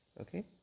Okay